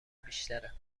بیشتره